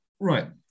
Right